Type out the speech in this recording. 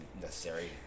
necessary